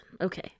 Okay